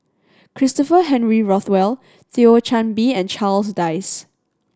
Christopher Henry Rothwell Thio Chan Bee and Charles Dyce